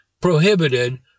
prohibited